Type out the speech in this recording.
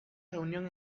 reunión